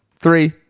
three